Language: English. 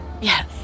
Yes